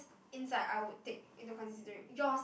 inside I would take into consideration yours